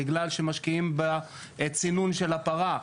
בגלל שמשקיעים בצינון של הפרה.